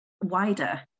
wider